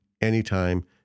anytime